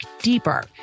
deeper